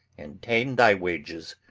and ta'en thy wages.